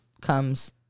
comes